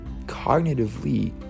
cognitively